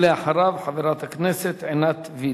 ואחריו חברת הכנסת עינת וילף.